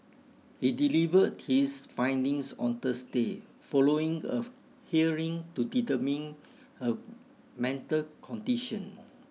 he delivered his findings on Thursday following of hearing to determine her mental condition